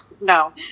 No